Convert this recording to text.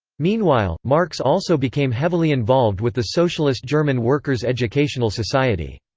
meanwhile, marx also became heavily involved with the socialist german workers' educational society.